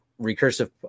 recursive